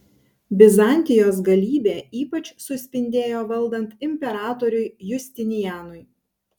bizantijos galybė ypač suspindėjo valdant imperatoriui justinianui